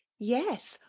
yes,